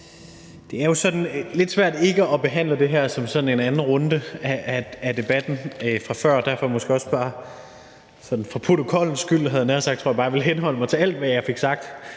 Det er jo lidt svært ikke at behandle det her som sådan en anden runde af debatten fra før, og derfor vil jeg måske også bare for protokollens skyld henholde mig til alt, hvad jeg fik sagt